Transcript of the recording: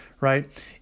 right